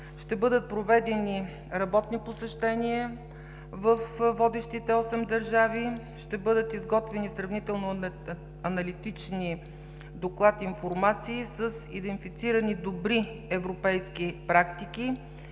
Ще бъдат проведени работни посещения във водещите осем държави, ще бъдат изготвени сравнително аналитични доклад-информации с идентифицирани добри европейски практики,